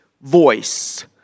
voice